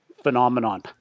phenomenon